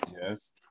Yes